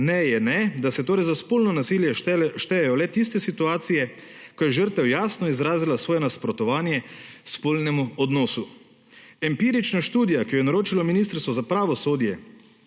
Ne je ne, da se torej za spolno nasilje štejejo le tiste situacije, ko je žrtev jasno izrazila svoje nasprotovanje spolnemu odnosu. Empirična študija, ki jo je naročilo Ministrstvo za pravosodje,